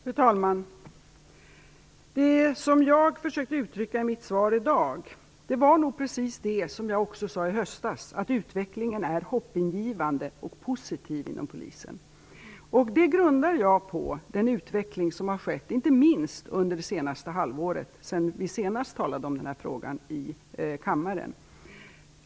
Fru talman! Det som jag försökte uttrycka i mitt svar i dag var nog precis det som jag också sade i höstas, att utvecklingen är hoppingivande och positiv inom polisen. Det grundar jag på den utveckling som har skett inte minst under det senaste halvåret. Det är den tid som gått sedan vi senast talade om den här frågan i kammaren.